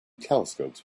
telescopes